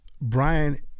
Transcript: Brian